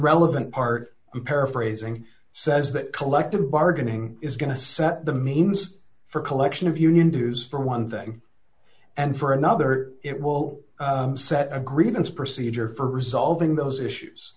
relevant part i'm paraphrasing says that collective bargaining is going to set the means for collection of union dues for one thing and for another it will set a grievance procedure for resolving those issues